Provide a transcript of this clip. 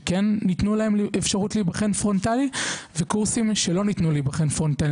שכן ניתנו להם אפשרות להיבחן פרונטלי וקורסים שלא ניתנו להיבחן פרונטלי.